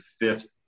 fifth